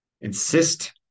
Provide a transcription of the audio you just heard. insist